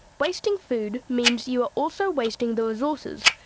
wasting food means you are also wasting the resources,